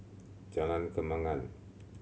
Jalan Kembangan